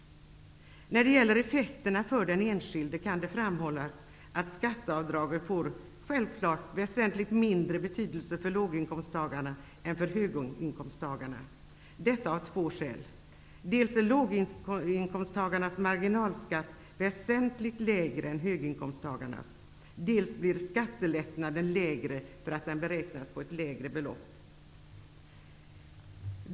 När det gäller effekterna för den enskilde kan det framhållas att skatteavdraget, självfallet, får väsentligt mindre betydelse för låginkomsttagarna än för höginkomsttagarna -- detta av två skäl: dels är låginkomsttagarnas marginalskatt väsentligt lägre än höginkomsttagarnas, dels blir skattelättnaden mindre därför att den beräknas på ett lägre belopp.